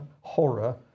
horror